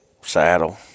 saddle